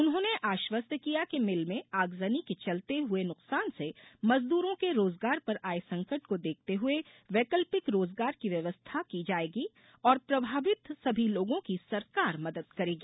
उन्होंने आश्वस्त किया कि मिल में आगजनी के चलते हुए नुकसान से मजदूरों के रोजगार पर आये संकट को देखते हुए वैकल्पिक रोजगार की व्यवस्था की जायेगी और प्रभावित सभी लोगों की सरकार मदद करेगी